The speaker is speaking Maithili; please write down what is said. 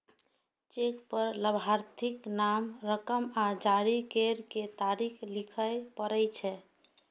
चेक पर लाभार्थीक नाम, रकम आ जारी करै के तारीख लिखय पड़ै छै